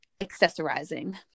accessorizing